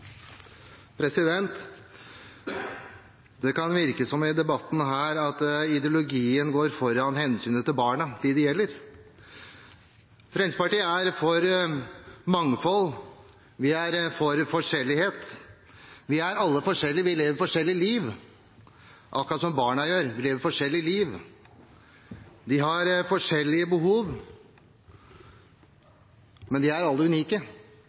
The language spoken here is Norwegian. til. Det kan i debatten her virke som om ideologien går foran hensynet til barna – dem det gjelder. Fremskrittspartiet er for mangfold, vi er for forskjellighet – vi er alle forskjellige, vi lever forskjellige liv, akkurat som barna gjør: lever forskjellige liv. De har forskjellige behov, men de er alle unike.